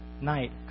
Night